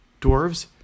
Dwarves